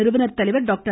நிறுவனர் தலைவர் டாக்டர்